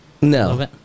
No